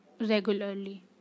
regularly